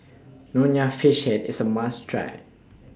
Nonya Fish Head IS A must Try